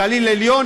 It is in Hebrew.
גליל עליון,